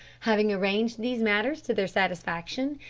having arranged these matters to their satisfaction,